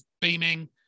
beaming